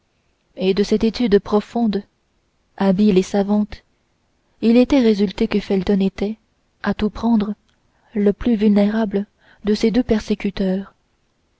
et de cette étude profonde habile et savante il était résulté que felton était à tout prendre le plus vulnérable de ses deux persécuteurs